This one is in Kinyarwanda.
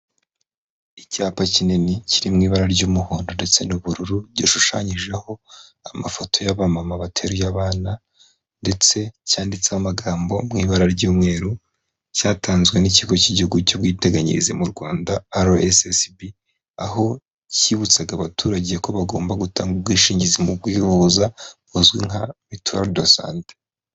Icyapa kinini kiri mu ibara ry'umuhondo ndetse n'ubururu gishushanyijeho amafoto y'abamama bateruye abana ndetse cyanditse amagambo mu ibara ry'umweru cyatanzwe n'ikigo cy'igihugu cy'ubwiteganyirize mu rwanda RSSB aho cyibutsaga abaturage ko bagomba gutanga ubwishingizi mu kwivuza buzwi nka mituweli de sante.